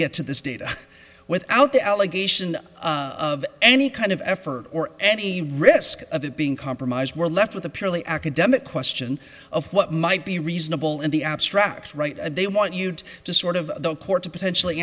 get to this data without the allegation of any kind of effort or any risk of it being compromised we're left with a purely academic question of what might be reasonable in the abstract right and they want you to sort of the court to potentially